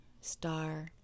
star